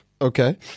Okay